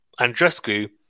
Andrescu